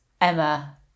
Emma